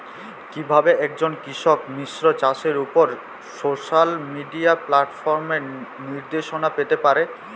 কিভাবে একজন কৃষক মিশ্র চাষের উপর সোশ্যাল মিডিয়া প্ল্যাটফর্মে নির্দেশনা পেতে পারে?